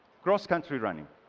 cross country running.